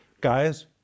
Guys